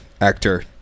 actor